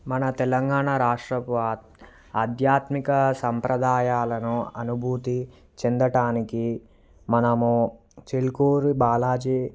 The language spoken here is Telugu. మన తెలంగాణ రాష్ట్రపు ఆ ఆధ్యాత్మిక సంప్రదాయాలను అనుభూతి చెందటానికి మనము చిలుకూరి బాలాజీ